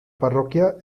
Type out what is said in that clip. parroquia